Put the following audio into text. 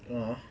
(uh huh)